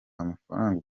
amafaranga